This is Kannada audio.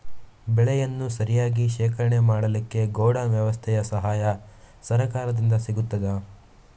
ಬೆಳೆಯನ್ನು ಸರಿಯಾಗಿ ಶೇಖರಣೆ ಮಾಡಲಿಕ್ಕೆ ಗೋಡೌನ್ ವ್ಯವಸ್ಥೆಯ ಸಹಾಯ ಸರಕಾರದಿಂದ ಸಿಗುತ್ತದಾ?